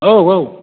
औ औ